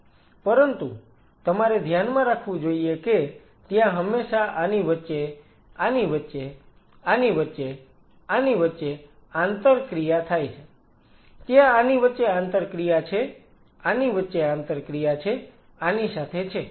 પરંતુ તમારે ધ્યાનમાં રાખવું જોઈએ કે ત્યાં હંમેશા આની વચ્ચે આની વચ્ચે આની વચ્ચે આની વચ્ચે આંતરક્રિયા થાય છે ત્યાં આની વચ્ચે આંતરક્રિયા છે આની વચ્ચે આંતરક્રિયા છે આની સાથે છે